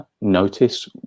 notice